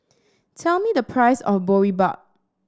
tell me the price of Boribap